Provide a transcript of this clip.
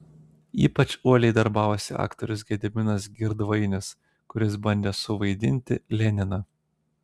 ypač uoliai darbavosi aktorius gediminas girdvainis kuris bandė suvaidinti leniną